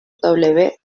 dodge